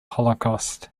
holocaust